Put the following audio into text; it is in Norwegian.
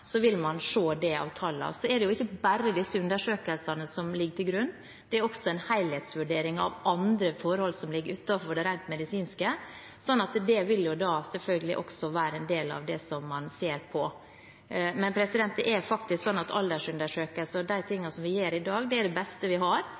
Så er det ikke bare disse undersøkelsene som ligger til grunn. Det er også en helhetsvurdering av andre forhold som ligger utenfor det rent medisinske, så det vil selvfølgelig også være en del av det som man ser på. Men det er faktisk sånn at aldersundersøkelser og de